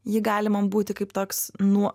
ji gali man būti kaip toks nuo